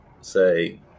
say